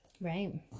Right